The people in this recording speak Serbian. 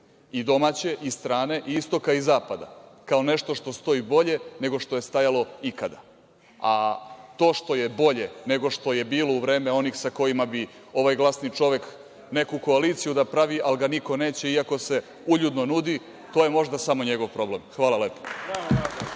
i domaće i strane, i istoka i zapada, kao nešto što stoji bolje nego što je stajalo ikada. To što je bolje nego što je bilo u vreme onih sa kojima bi ovaj glasni čovek neku koaliciju da pravi, ali ga niko neće, iako se uljudno nudi, to je možda samo njegov problem. Hvala lepo.